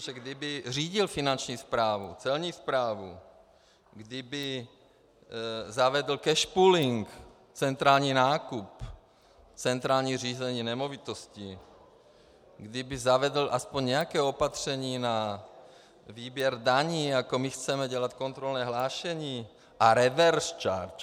Protože kdyby řídil Finanční správu, Celní správu, kdyby zavedl cash pooling, centrální nákup, centrální řízení nemovitostí, kdyby zavedl aspoň nějaké opatření na výběr daní, jako my chceme dělat kontrolní hlášení a reverse charge.